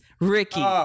Ricky